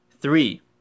three